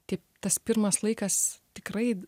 tip tas pirmas laikas tikrai